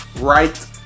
right